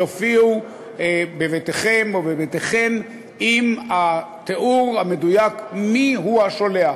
יופיעו בביתכם או בביתכן עם התיאור המדויק מיהו השולח.